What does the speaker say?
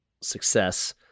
success